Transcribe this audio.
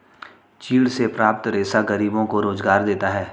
चीड़ से प्राप्त रेशा गरीबों को रोजगार देगा